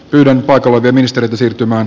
yhden vakavan viemistä siirtymään